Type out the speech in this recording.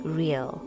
real